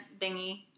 thingy